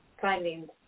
findings